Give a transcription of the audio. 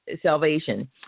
salvation